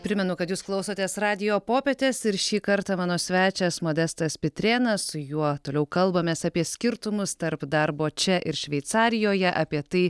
primenu kad jūs klausotės radijo popietės ir šį kartą mano svečias modestas pitrėnas su juo toliau kalbamės apie skirtumus tarp darbo čia ir šveicarijoje apie tai